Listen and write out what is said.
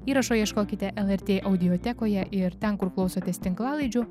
įrašo ieškokite lrt audiotekoje ir ten kur klausotės tinklalaidžių